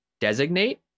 designate